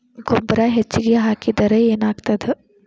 ಗೊಬ್ಬರ ಹೆಚ್ಚಿಗೆ ಹಾಕಿದರೆ ಏನಾಗ್ತದ?